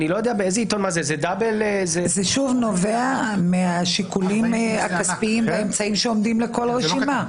זה שוב נובע מהשיקולים הכספיים והאמצעים שעומדים לרשות כל רשימה.